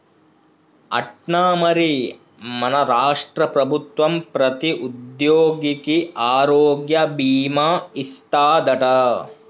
అట్నా మరి మన రాష్ట్ర ప్రభుత్వం ప్రతి ఉద్యోగికి ఆరోగ్య భీమా ఇస్తాదట